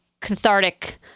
cathartic